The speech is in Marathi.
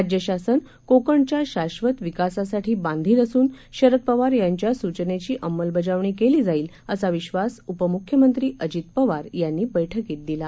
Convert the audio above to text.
राज्यशासनकोकणच्याशाश्वतविकासासाठीबांधिलअसूनशरदपवारयांच्यासूचनेचीअमलबजावणीकेलीजाईल असाविश्वासउपमुख्यमंत्रीअजितपवारयांनीबैठकीतदिला